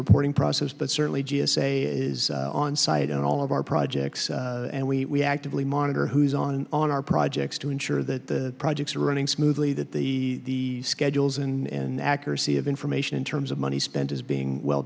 reporting process but certainly g s a is on site and all of our projects and we actively monitor who's on on our projects to ensure that the projects are running smoothly that the schedules in accuracy of information in terms of money spent is being well